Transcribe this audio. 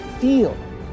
feel